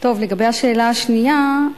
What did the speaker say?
טוב, לגבי השאלה השנייה,